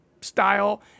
style